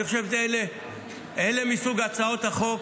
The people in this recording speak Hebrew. אני חושב שזה מסוג הצעות החוק